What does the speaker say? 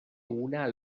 una